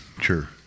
Sure